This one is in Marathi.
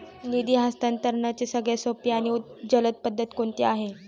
निधी हस्तांतरणाची सगळ्यात सोपी आणि जलद पद्धत कोणती आहे?